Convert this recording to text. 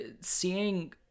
seeing